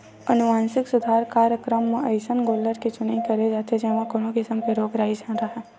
अनुवांसिक सुधार कार्यकरम म अइसन गोल्लर के चुनई करे जाथे जेमा कोनो किसम के रोग राई झन राहय